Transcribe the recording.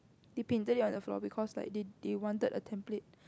they painted it on the floor because like they they wanted a template